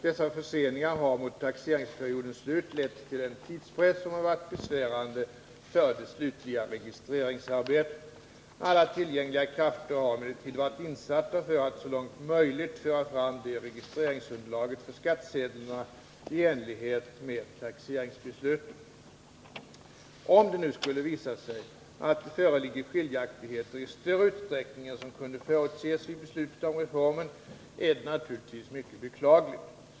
Dessa förseningar har mot taxeringsperiodens slut lett till en tidspress som har varit besvärande för det slutliga registreringsarbetet. Alla tillgängliga krafter har emellertid varit insatta för att så långt möjligt föra fram registreringsunderlaget för skattsedlarna i enlighet med taxeringsbesluten. Om det nu skulle visa sig att det föreligger skiljaktigheter i större utsträckning än som kunde förutses vid beslutet om reformen, är det naturligtvis mycket beklagligt.